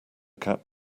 cap